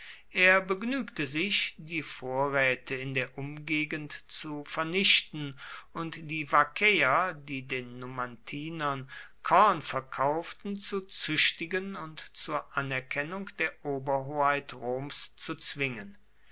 er begnügte sich die vorräte in der umgegend zu vernichten und die vaccäer die den numantinern korn verkauften zu züchtigen und zur anerkennung der oberhoheit roms zu zwingen